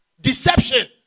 deception